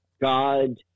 god